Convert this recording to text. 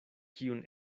kiun